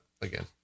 again